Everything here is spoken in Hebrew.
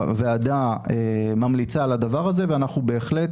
הוועדה ממליצה על הדבר הזה ואנחנו בהחלט